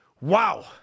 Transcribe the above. Wow